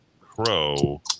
crow